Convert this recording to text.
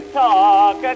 talk